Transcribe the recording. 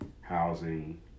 housing